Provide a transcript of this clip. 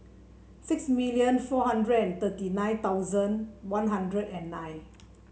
six million four hundred and thirty nine thousand One Hundred and nine